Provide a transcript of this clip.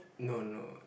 no no